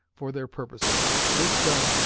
for their purposes. this done,